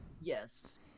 Yes